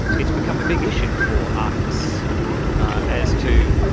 it's become a big issue for artists as to